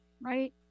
right